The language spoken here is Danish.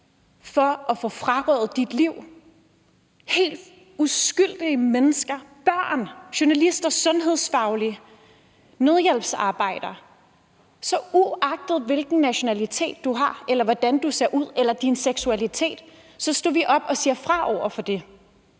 for at få frarøvet dit liv – helt uskyldige mennesker: børn, journalister, sundhedsfagligt personale, nødhjælpsarbejdere – så vil vi, uagtet hvilken nationalitet du har eller hvordan du ser ud eller din seksualitet, stå op og sige fra over for det,